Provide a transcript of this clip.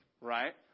right